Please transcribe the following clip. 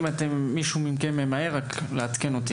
אם מישהו מכם ממהר, נא לעדכן אותי.